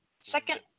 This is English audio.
Second